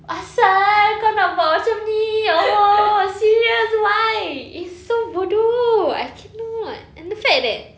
asal kau nak buat macam ini ya allah serious why it's so bodoh I cannot and the fact that